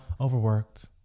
overworked